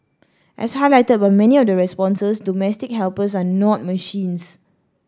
as highlighted by many of the responses domestic helpers are not machines